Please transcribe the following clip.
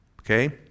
Okay